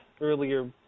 earlier